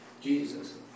Jesus